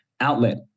outlet